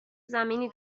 زمینی